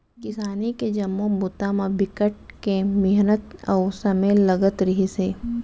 किसानी के जम्मो बूता म बिकट के मिहनत अउ समे लगत रहिस हे